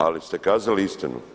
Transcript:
Ali ste kazali istinu.